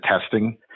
testing